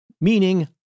meaning